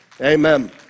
Amen